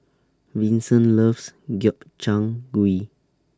Vincent loves Gobchang Gui